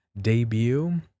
debut